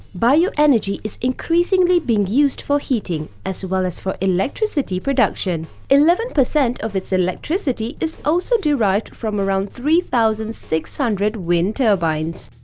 bioenergy is increasingly being used for heating, as well as for electricity production. eleven percent of its electricity is also derived from around three thousand six hundred wind turbines.